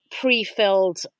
pre-filled